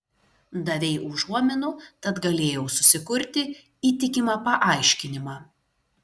davei užuominų tad galėjau susikurti įtikimą paaiškinimą